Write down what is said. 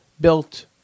built